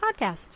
Podcast